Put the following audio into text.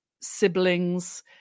siblings